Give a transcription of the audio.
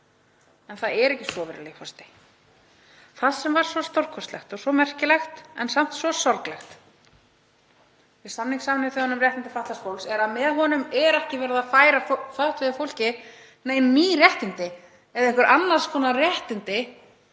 En það er ekki svo, virðulegi forseti. Það sem var svo stórkostlegt og svo merkilegt en samt svo sorglegt við samning Sameinuðu þjóðanna um réttindi fatlaðs fólks var að með honum er ekki verið að færa fötluðu fólki nein ný réttindi eða annars konar réttindi